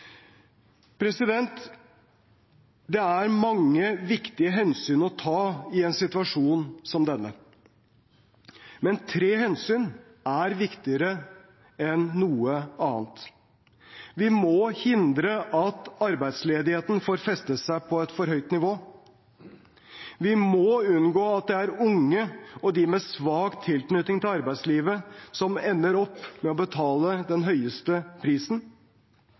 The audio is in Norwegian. Det er mange viktige hensyn å ta i en situasjon som denne. Men tre hensyn er viktigere enn noe annet: Vi må hindre at arbeidsledigheten får festet seg på et for høyt nivå. Vi må unngå at det er unge og de med svak tilknytning til arbeidslivet som ender opp med å betale den høyeste prisen.